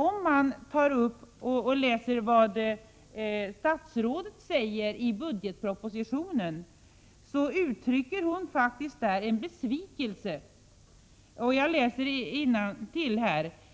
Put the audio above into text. Om man läser vad statsrådet säger i budgetpropositionen finner man nämligen att hon där uttrycker en besvikelse: